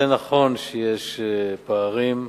זה נכון שיש פערים,